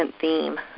theme